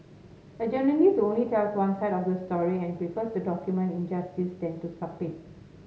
a journalist who only tells one side of the story and prefers to document injustice than to stop it